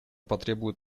потребует